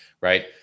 right